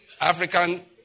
African